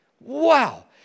Wow